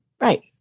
Right